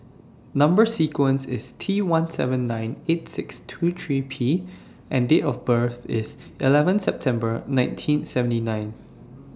Number sequence IS T one seven nine eight six two three P and Date of birth IS eleven September nineteen seventy one